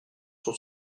sur